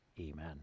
Amen